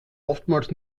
oftmals